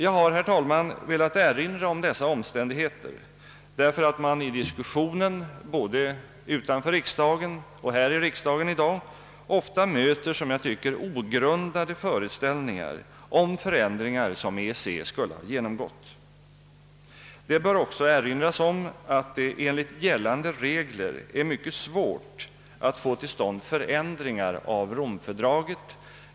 Jag har velat erinra om dessa omständigheter, därför att man i diskussionen både utanför riksdagen och här i kammaren i dag ofta möter, som jag tycker, ogrundade föreställningar om förändringar som EEC skulle ha undergått. Det bör också erinras om att det enligt gällande regler är mycket svårt att få till stånd förändringar i Romavtalet.